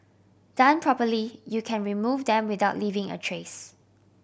done properly you can remove them without leaving a trace